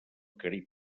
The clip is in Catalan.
carib